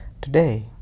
Today